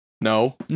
No